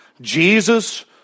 Jesus